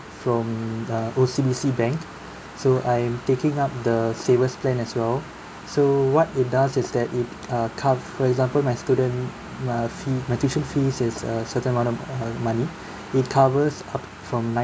from uh O_C_B_C bank so I'm taking up the savers plan as well so what it does is that it uh cover for example my student uh fee my tuition fees is a certain amount of uh money it covers up from